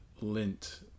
Lint